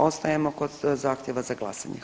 Ostajemo kod zahtijeva za glasanje.